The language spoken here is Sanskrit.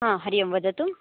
हा हरिः ओं वदतु